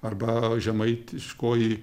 arba žemaitiškoji